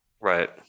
right